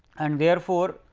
and therefore,